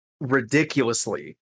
ridiculously